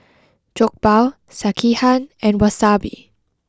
Jokbal Sekihan and Wasabi